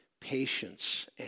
patience